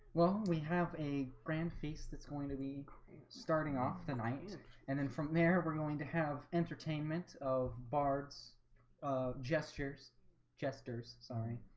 well we have a grand feast that's going to be starting off the night and then from there. we're going to have entertainment of bart's gestures jesters sorry